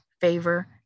favor